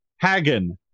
Hagen